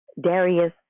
Darius